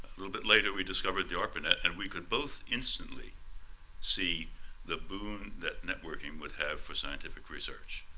little bit later we discovered the arpanet and we could both instantly see the boon that networking would have for scientific research,